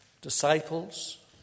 Disciples